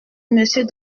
monsieur